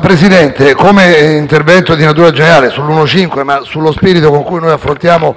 Presidente, questo è un intervento di natura generale sull'emendamento 1.5, fatto però con lo spirito con cui noi affrontiamo